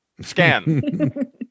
Scan